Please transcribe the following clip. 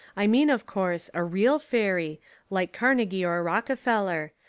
i mean, of course, a real fairy like carnegie or rockefeller,